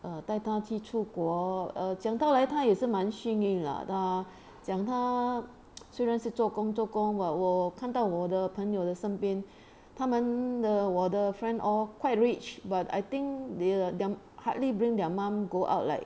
ah 帶她去出国 oo 讲到来她也是蛮幸运了她讲她虽然是 做工做工我我看到我的朋友的身边他们的我的 friend all quite rich but I think they are the~ hardly bring their mum go out like